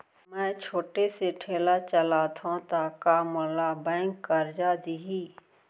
मैं छोटे से ठेला चलाथव त का मोला बैंक करजा दिही?